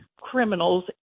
criminals